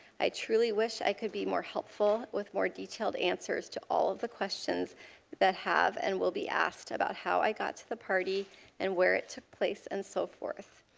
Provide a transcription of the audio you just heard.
i truly wish i could be more helpful with more detailed answers to all of the questions that have and will be asked about how i got to the party and where it took place and so forth.